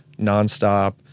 nonstop